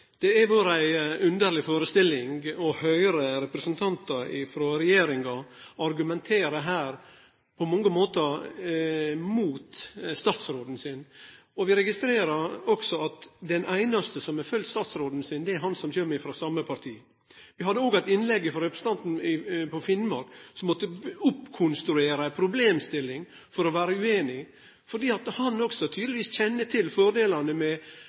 Det har vore ei underleg førestelling å høyre representantar frå regjeringa på mange måtar argumentere mot statsråden sin. Vi registrerer også at den einaste som har følgt statsråden, er han som kjem fra same parti. Vi hadde òg eit innlegg frå ein representant frå Finnmark, som måtte oppkonstruere ei problemstilling for å vere ueinig, fordi han også tydelegvis kjenner til fordelane med